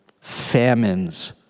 famines